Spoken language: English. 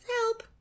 help